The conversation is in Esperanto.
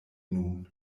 nun